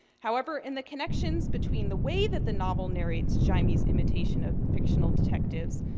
however, in the connections between the way that the novel narrates jaime's imitation of fictional detectives,